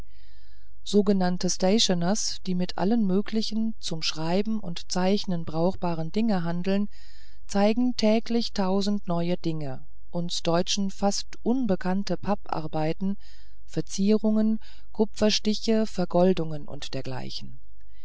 sogenannte stationers die mit allen möglichen zum schreiben und zeichnen brauchbaren dingen handeln zeigen täglich tausend neue dinge uns deutschen fast unbekannte papparbeiten verzierungen kupferstiche vergoldungen und dergleichen